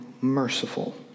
merciful